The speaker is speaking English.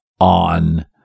on